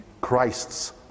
Christ's